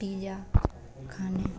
pizza खाने